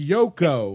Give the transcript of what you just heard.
Yoko